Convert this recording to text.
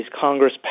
Congress